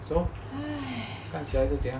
so 看起来是怎样